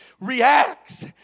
reacts